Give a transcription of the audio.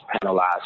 penalized